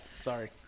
Sorry